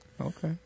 Okay